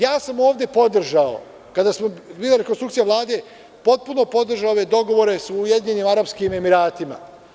Ja sam ovde podržao, kada je bila rekonstrukcija Vlade, potpuno podržali dogovore sa Ujedinjenim Arapskim Emiratima.